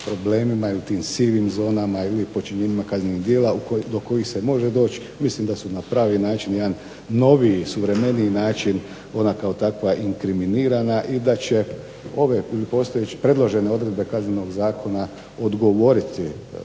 problemima ili tim sivim zonama ili počinjenjima kaznenih djela do kojih se može doći. Mislim da su na pravi način jedan noviji, suvremeniji način. Ona kao takva inkriminirana i da će ove ili predložene odredbe Kaznenog zakona odgovoriti